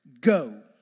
go